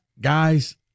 Guys